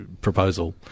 proposal